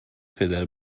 پدر